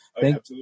Thank